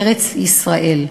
ארץ-ישראל".